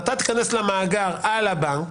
אתה תיכנס למאגר על הבנק